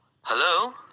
Hello